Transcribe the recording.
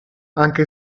anche